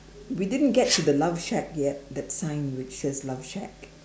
we didn't get to the love shack yet that sign which says love shack